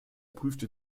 prüfte